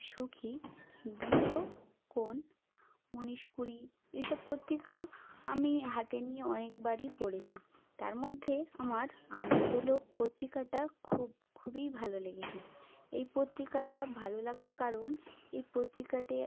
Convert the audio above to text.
সুখী গৃহকোণ উনিশ কুড়ি এসব পত্রিকা আমি হাতে নিয়ে অনেকবারই পড়েছি তার মধ্যে আমার আনন্দলোক পত্রিকাটা খুব খুবই ভালো লেগেছে এই পত্রিকাটা ভালো লাগার কারণ এই পত্রিকাতে